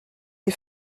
les